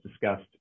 discussed